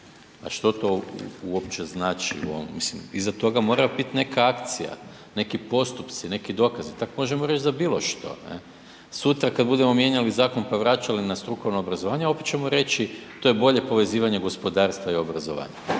A što to uopće znači u ovom, mislim iza toga mora bit neka akcija, neki postupci, neki dokazi, tak možemo reći za bilo što. Sutra kad budemo mijenjali zakon pa vraćali na strukovno obrazovanje, opet ćemo reći to je bolje povezivanje gospodarstva i obrazovanja.